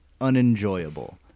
unenjoyable